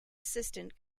assistant